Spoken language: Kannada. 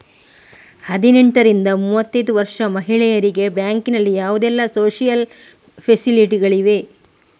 ಹದಿನೆಂಟರಿಂದ ಮೂವತ್ತೈದು ವರ್ಷ ಮಹಿಳೆಯರಿಗೆ ಬ್ಯಾಂಕಿನಲ್ಲಿ ಯಾವುದೆಲ್ಲ ಸೋಶಿಯಲ್ ಫೆಸಿಲಿಟಿ ಗಳಿವೆ?